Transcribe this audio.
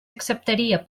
acceptaria